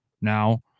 now